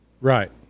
Right